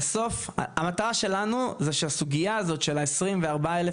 בסוף המטרה שלנו זה שהסוגייה הזאת של ה-24 אלף